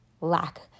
lack